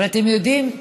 אתם יודעים,